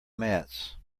mats